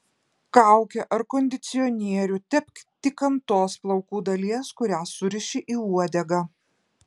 kaukę ar kondicionierių tepk tik ant tos plaukų dalies kurią suriši į uodegą